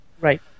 Right